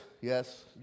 Yes